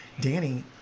Danny